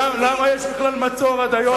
למה יש בכלל מצור עד היום.